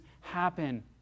happen